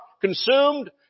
consumed